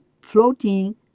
floating